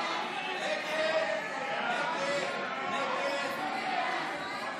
הודעת ראש הממשלה נתקבלה.